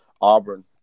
Auburn